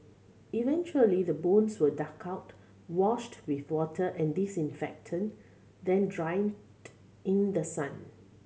eventually the bones were dug out washed with water and disinfectant then dried in the sun